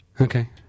Okay